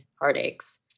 heartaches